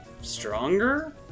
stronger